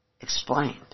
explained